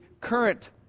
current